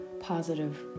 positive